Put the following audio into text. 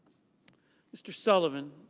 mr. sullivan.